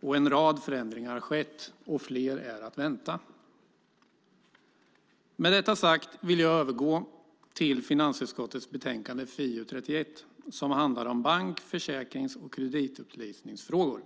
En rad förändringar har skett, och fler är att vänta. Med detta sagt vill jag övergå till finansutskottets betänkande FiU31 som handlar om bank-, försäkrings och kreditupplysningsfrågor.